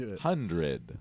hundred